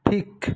ঠিক